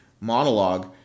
monologue